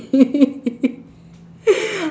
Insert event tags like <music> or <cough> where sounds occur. <laughs>